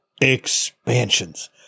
Expansions